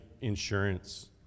insurance